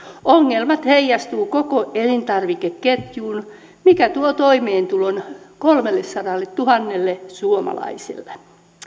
ongelmat heijastuvat koko elintarvikeketjuun mikä tuo toimeentulon kolmellesadalletuhannelle suomalaiselle